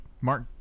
Mark